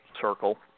circle